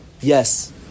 Yes